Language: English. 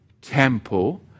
temple